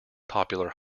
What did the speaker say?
popular